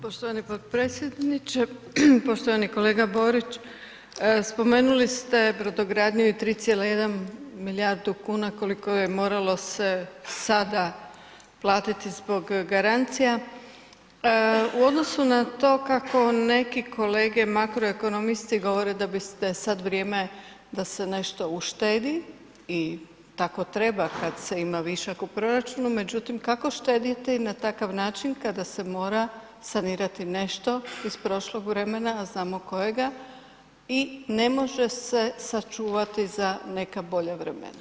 Poštovani potpredsjedniče, poštovani kolega Borić spomenuli ste brodogradnju i 3,1 milijardu kuna koliko je moralo se sada platiti zbog garancija, u odnosu na to kako neki kolege makroekonomisti govore da biste sad vrijeme da se nešto uštedi i tako treba kad se ima višak u proračunu, međutim kako štedjeti na takav način kada se mora sanirati nešto iz prošlog vremena, a znamo kojega i ne može se sačuvati za neka bolja vremena.